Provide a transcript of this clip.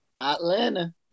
Atlanta